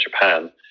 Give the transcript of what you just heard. Japan